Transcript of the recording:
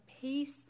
peace